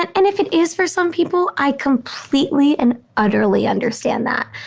and and if it is for some people, i completely and utterly understand that.